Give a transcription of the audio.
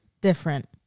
different